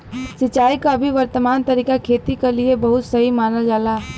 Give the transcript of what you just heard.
सिंचाई क अभी वर्तमान तरीका खेती क लिए बहुत सही मानल जाला